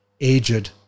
aged